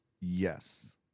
Yes